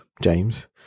James